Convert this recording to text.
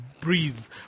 breeze